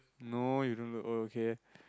no you don't look old okay